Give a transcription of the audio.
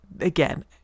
again